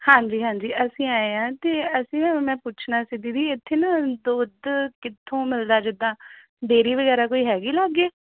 ਹਾਂਜੀ ਹਾਂਜੀ ਅਸੀਂ ਆਏ ਆਂ ਅਤੇ ਅਸੀਂ ਮੈਂ ਪੁੱਛਣਾ ਸੀ ਦੀਦੀ ਇਥੇ ਨਾ ਦੁੱਧ ਕਿੱਥੋਂ ਮਿਲਦਾ ਜਿੱਦਾਂ ਡੇਅਰੀ ਵਗੈਰਾ ਕੋਈ ਹੈਗੀ ਲਾਗੇ